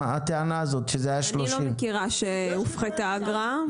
הטענה הזאת שזה היה 30. אני לא מכירה שהופחתה האגרה,